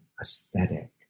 aesthetic